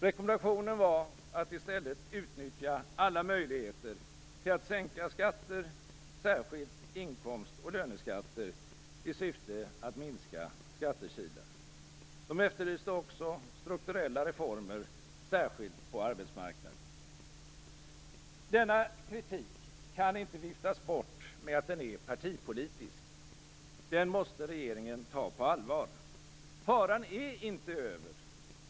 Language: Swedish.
Rekommendationen var att i stället utnyttja alla möjligheter till att sänka skatter, särskilt inkomst och löneskatter, i syfte att minska skattekilen. De efterlyste också strukturella reformer, särskilt på arbetsmarknaden. Denna kritik kan inte viftas bort med att den är partipolitisk. Den måste regeringen ta på allvar. Faran är inte över.